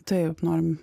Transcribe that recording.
taip norim